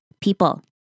people